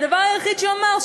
הדבר היחיד שהוא אמר,